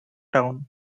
town